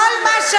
כלום לא יהיה להם,